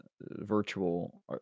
virtual